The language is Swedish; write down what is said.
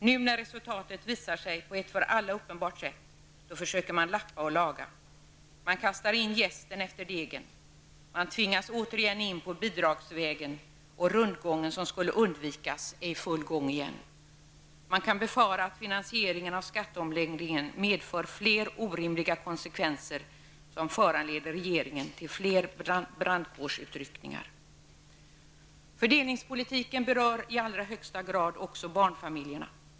Nu när resultatet visar sig på ett för alla uppenbart sätt, då försöker man lappa och laga. Man kastar in jästen efter degen och tvingas återigen in på bidragsvägen. Den rundgång som skulle undvikas är i full gång igen. Det kan befaras att finansieringen av skatteomläggningen får fler orimliga konsekvenser, som i sin tur föranleder regeringen att göra fler brandkårsutryckningar. Fördelningspolitiken berör i allra högsta grad också barnfamiljerna.